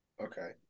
Okay